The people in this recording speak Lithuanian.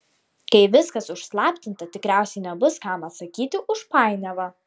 kai viskas užslaptinta tikriausiai nebus kam atsakyti už painiavą